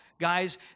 guys